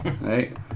Right